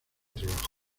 trabajo